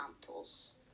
examples